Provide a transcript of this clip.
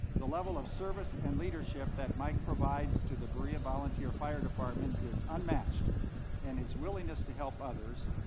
the level of service and leadership that mike provides to the berea volunteer fire department is unmatched and his willingness to help others,